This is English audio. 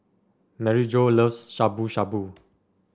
Maryjo loves Shabu Shabu